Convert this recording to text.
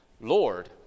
Lord